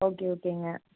okay ஓகேங்க